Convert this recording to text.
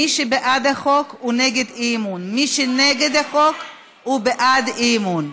מי שנגד החוק הוא בעד אי-אמון.